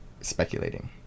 speculating